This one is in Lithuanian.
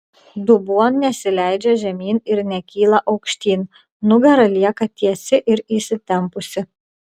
dubuo nesileidžia žemyn ir nekyla aukštyn nugara lieka tiesi ir įsitempusi